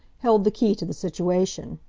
held the key to the situation.